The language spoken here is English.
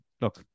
Look